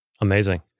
Amazing